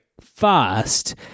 fast